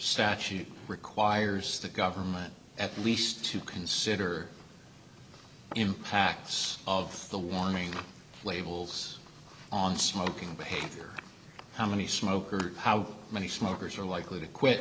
sachi requires the government at least to consider impacts of the warning labels on smoking behavior how many smokers or how many smokers are likely to quit